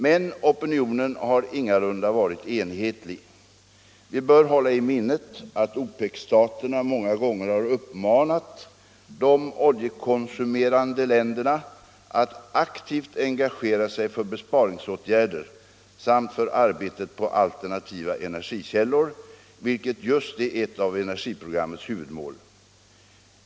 Men opinionen har ingalunda varit enhetlig. Vi bör hålla i minnet att OPEC-staterna många gånger har uppmanat de oljekonsumerande länderna att aktivt engagera sig för besparingsåtgärder samt för arbetet på alternativa energikällor, vilket just är ett av energiprogrammets huvudmål.